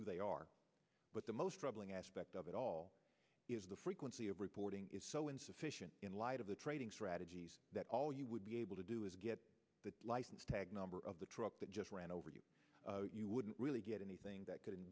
who they are but the most troubling aspect of it all is the frequency of reporting is so insufficient in light of the trading strategies that all you would be able to do is get the license tag number of the truck that just ran over you you wouldn't really get anything that c